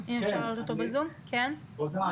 תודה.